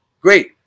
great